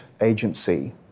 agency